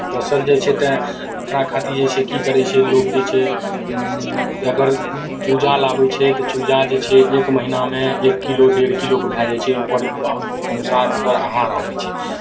तऽ पोसल जाइ छै तऽ ओकरा खातिर जे छै की करै छै लोक जे छै अगर ओ चूजा लाबै छै तऽ चूजा जे छै एक महीनामे एक किलो डेढ़ किलोके भए जाइ छै ओकर अनुसार ओकर आहार आबै छै